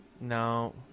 No